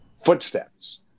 footsteps